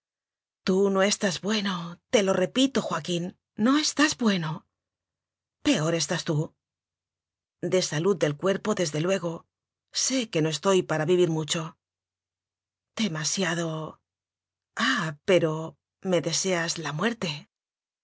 tú no estás bueno te lo repito joaquín no estás bueno peor estás tú de salud del cuerpo desde luego sé que no estoy para vivir mucho demasiado ah pero me deseas la muerte